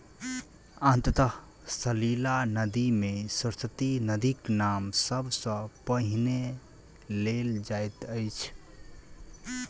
अंतः सलिला नदी मे सरस्वती नदीक नाम सब सॅ पहिने लेल जाइत अछि